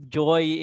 joy